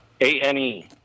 A-N-E